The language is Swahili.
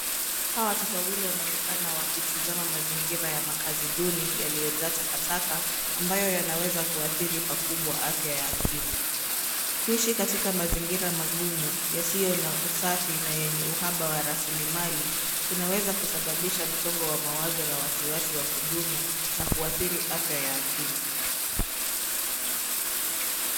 Hawa watoto wawili wanaonekana wakitizama mazingira ya makaazi duni yaliyojaa taka taka ambayo yanaweza kuathiri pakubwa afya ya akili. Kuishi katika mazingira magumu yasiyo na usafi na yenye uhaba wa rasilimali kunaweza kusababisha msongo wa mawazo na wasi wasi wa kudumu na kuathiri afya ya akili.